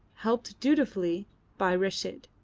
helped dutifully by reshid.